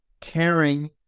caring